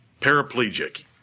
paraplegic